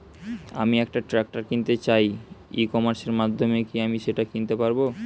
আমি একটা ট্রাক্টর কিনতে চাই ই কমার্সের মাধ্যমে কি আমি সেটা কিনতে পারব?